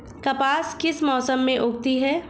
कपास किस मौसम में उगती है?